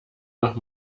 noch